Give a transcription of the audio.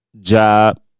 job